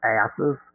asses